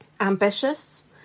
ambitious